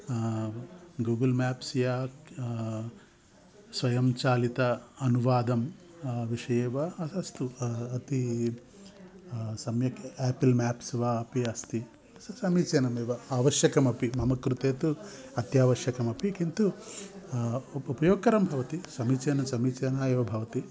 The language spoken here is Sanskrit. गूगल् मेप्स् या स्वयं चालित अनुवादं विषये वा अ अस्तु अति सम्यक् यापल् मेप्स् वा अपि अस्ति स समीचीनमेव अवश्यकमपि मम कृते तु अत्यावश्यकमपि किन्तु उप् उपयोगकरं भवति समीचीनं समीचीना एव भवति